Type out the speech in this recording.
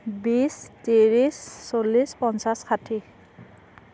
বিশ ত্ৰিছ চল্লিছ পঞ্চাছ ষাঠি